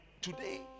Today